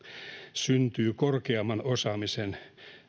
syntyy korkeamman osaamisen